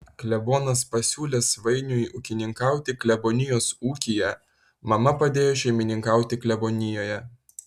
klebonas pasiūlė svainiui ūkininkauti klebonijos ūkyje mama padėjo šeimininkauti klebonijoje